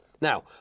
Now